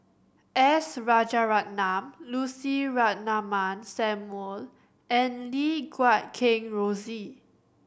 S Rajaratnam Lucy Ratnammah Samuel and Lim Guat Kheng Rosie